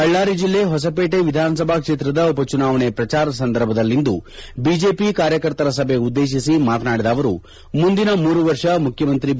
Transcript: ಬಳ್ಳಾರಿ ಜಿಲ್ಲೆ ಹೊಸಹೇಟೆ ವಿಧಾನಸಭಾ ಕ್ಷೇತ್ರದ ಉಪಚುನಾವಣೆ ಪ್ರಚಾರ ಸಂದರ್ಭದಲ್ಲಿ ಇಂದು ಬಿಜೆಪಿ ಕಾರ್ಯಕರ್ತರ ಸಭೆ ಉದ್ದೇಶಿಸಿ ಮಾತನಾಡಿದ ಅವರು ಮುಂದಿನ ಮೂರು ವರ್ಷ ಮುಖ್ಜಮಂತ್ರಿ ಬಿ